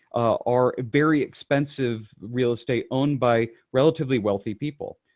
are very expensive real estate owned by relatively wealthy people.